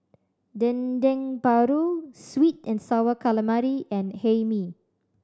Dendeng Paru sweet and Sour Calamari and Hae Mee